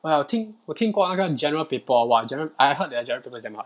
oh ya 我听我听过那个 general paper hor !wah! general I heard that general paper is damn hard